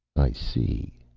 i see.